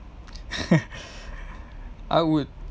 I would